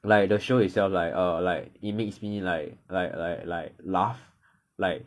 like the show itself like err like it makes me like like like like laugh like